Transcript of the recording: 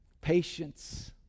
Patience